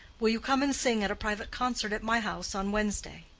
will you come and sing at a private concert at my house on wednesday?